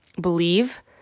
Believe